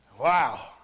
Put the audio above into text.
Wow